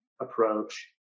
approach